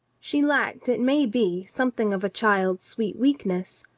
she lacked, it may be, something of a child's sweet weakness,